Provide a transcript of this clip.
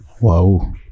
Wow